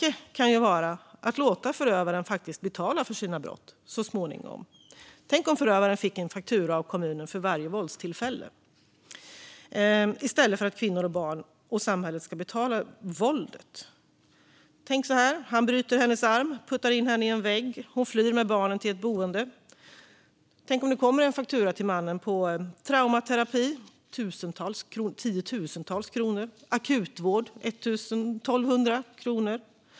En tanke kan vara att låta förövaren faktiskt betala för sina brott så småningom. Tänk om förövaren fick en faktura av kommunen för varje våldstillfälle, i stället för att kvinnor och barn och samhället ska betala våldet. Tänk så här: Han bryter hennes arm och puttar in henne i en vägg. Hon flyr med barnen till ett boende. Tänk om det kommer en faktura till mannen: Traumaterapi, tiotusentals kronor. Akutvård, 1 200 kronor.